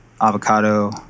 avocado